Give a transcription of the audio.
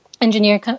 engineer